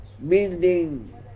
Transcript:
Building